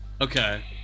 Okay